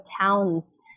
towns